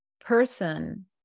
person